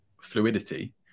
fluidity